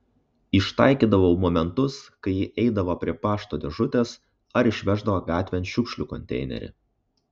ištaikydavau momentus kai ji eidavo prie pašto dėžutės ar išveždavo gatvėn šiukšlių konteinerį